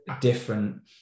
different